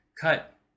cut